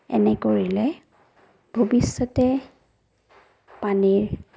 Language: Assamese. এনে কৰিলে ভৱিষ্যতে পানীৰ